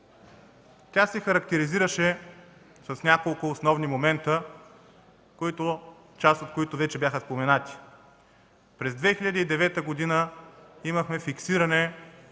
Тя се характеризираше с няколко основни момента, част от които вече бяха споменати. През 2009 г. имахме фиксиране